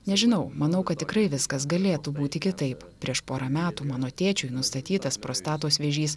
nežinau manau kad tikrai viskas galėtų būti kitaip prieš porą metų mano tėčiui nustatytas prostatos vėžys